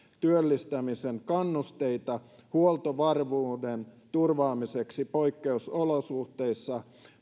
työllistämisen kannusteita huoltovarmuuden turvaamiseksi poikkeusolosuhteissa